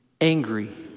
angry